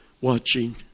watching